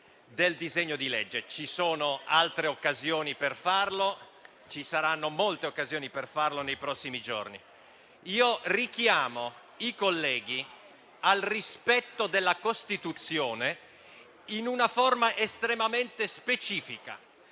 del disegno di legge in esame, perché ci saranno molte altre occasioni per farlo nei prossimi giorni. Richiamo i colleghi al rispetto della Costituzione in una forma estremamente specifica: